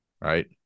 Right